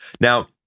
Now